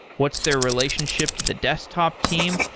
what's their relationship to the desktop team?